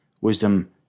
Wisdom